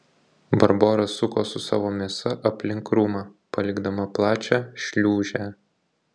barbora suko su savo mėsa aplink krūmą palikdama plačią šliūžę